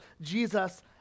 jesus